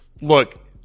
look